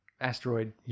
asteroid